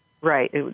Right